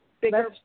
bigger